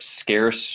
scarce